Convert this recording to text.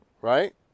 Right